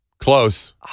Close